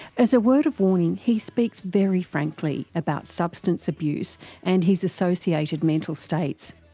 as a word of warning, he speaks very frankly about substance abuse and his associated mental states.